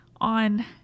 on